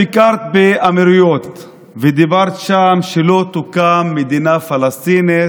ביקרת באמירויות ואמרת שם שלא תוקם מדינה פלסטינית,